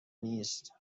نیست